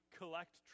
collect